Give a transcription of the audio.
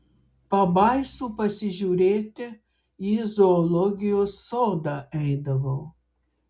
pabaisų pasižiūrėti į zoologijos sodą eidavau